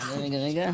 רגע,